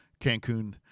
Cancun